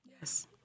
yes